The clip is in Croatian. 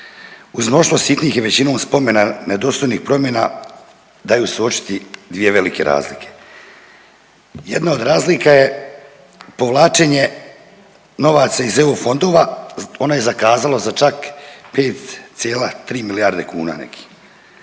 Uz mnoštvo sitnih i većinom spomena ne dostojnih promjena, daju se uočiti dvije velike razlike. Jedna od razlika je povlačenje novaca iz EU fondova, ono je zakazalo za čak 5,3 milijarde kuna nekih.